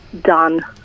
done